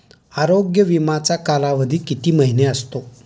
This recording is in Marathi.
आरोग्य विमाचा कालावधी किती महिने असतो?